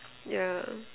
yeah